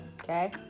Okay